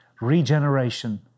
Regeneration